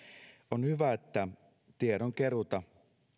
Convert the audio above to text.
on hyvä että tiedonkeruuta